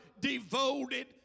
devoted